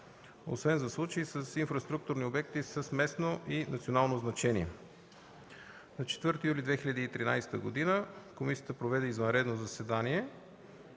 освен за случаи на инфраструктурни обекти с местно и национално значение: На 4 юли 2013 г. комисията проведе извънредно заседание